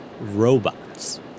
robots